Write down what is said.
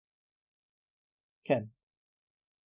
can